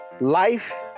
life